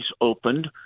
opened